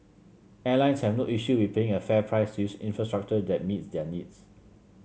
airlines have no issue with paying a fair price to use infrastructure that meets their needs